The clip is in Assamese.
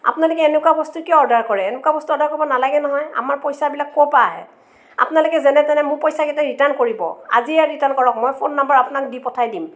আপোনালোকে এনেকুৱা বস্তু কিয় অৰ্ডাৰ কৰে এনেকুৱা বস্তু অৰ্ডাৰ কৰিব নালাগে নহয় আমাৰ পইচাবিলাক ক'ৰ পৰা আহে আপোনালোকে যেনেতেনে মোৰ পইচাকেইটা ৰিটাৰ্ণ কৰিব আজিয়েই ৰিটাৰ্ণ কৰক মই ফোন নম্বৰ আপোনাক দি পঠাই দিম